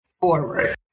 forward